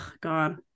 God